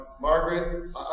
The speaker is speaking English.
Margaret